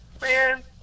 man